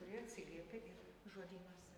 kuri atsiliepia ir žodynuose